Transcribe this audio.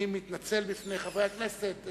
אני מתנצל לפני חברי הכנסת.